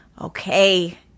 okay